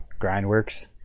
Grindworks